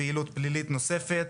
פעילות פלילית נוספת.